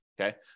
Okay